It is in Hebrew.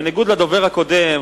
בניגוד לדובר הקודם,